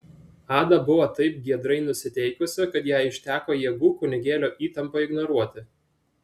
ada buvo taip giedrai nusiteikusi kad jai užteko jėgų kunigėlio įtampą ignoruoti